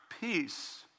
peace